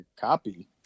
Copy